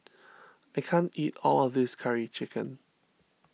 I can't eat all of this Curry Chicken